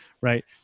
right